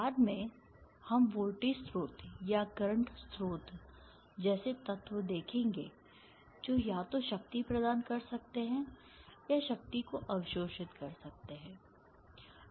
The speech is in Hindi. बाद में हम वोल्टेज स्रोत या करंट स्रोत जैसे तत्व देखेंगे जो या तो शक्ति प्रदान कर सकते हैं या शक्ति को अवशोषित कर सकते हैं